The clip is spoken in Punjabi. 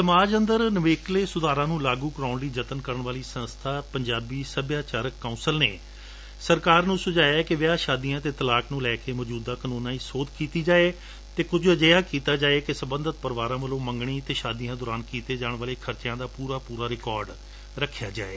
ਸਮਾਜ ਅੰਦਰ ਨਵੇਕਲੇ ਸੁਧਾਰਾਂ ਨੂੰ ਲਾਗੁ ਕਰਵਾਊਣ ਲਈ ਜਤਨ ਕਰਨ ਵਾਲੀ ਸੰਸਥਾ ਪੰਜਾਬੀ ਸਭਿਆਚਾਰਕ ਪਰਿਸ਼ਦ ਨੇ ਸਰਕਾਰ ਨੂੰ ਸੁਝਾਇਐ ਕਿ ਵਿਆਹ ਸ਼ਾਦੀਆਂ ਅਤੇ ਤਲਾਕ ਨੂੰ ਲੈ ਕੇ ਮੌਜੂਦਾ ਕਾਨੂੰਨਾਂ ਵਿਚ ਸੋਧ ਕੀਤੀ ਜਾਵੇ ਅਤੇ ਕੁਝ ਅਜਿਹੇ ਕੀਤਾ ਜਾਵੇ ਕਿ ਸਬੰਧਤ ਪਰਿਵਾਰਾ ਵੱਲੋ ਮੰਗਣੀ ਅਤੇ ਸ਼ਾਦੀਆ ਦੌਰਾਨ ਕੀਤੇ ਜਾਣ ਵਾਲੇ ਖਰਚਿਆਂ ਦਾ ਪੁਰਾ ਰਿਕਾਰਡ ਰਖਿਆ ਜਾਵੇ